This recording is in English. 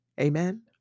Amen